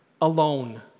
Alone